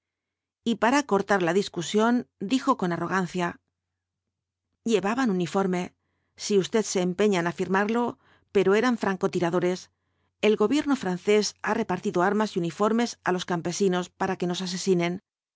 y para cortar la discusión dijo con arrogancia llevaban uniforme si usted se empeña en afirmarlo pero eran franco tiradores el gobierno francés ha repartido armas y uniformes á los campesinos para que nos asesinen